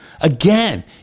Again